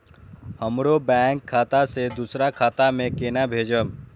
हमरो बैंक खाता से दुसरा खाता में केना भेजम?